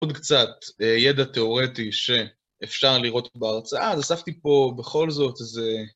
עוד קצת ידע תיאורטי שאפשר לראות בהרצאה, אז אספתי פה בכל זאת איזה